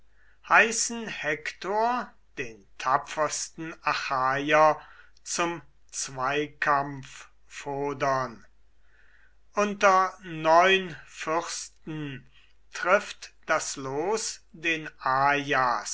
heißen hektor den tapfersten achaier zum zweikampf fodern unter neun fürsten trifft das los den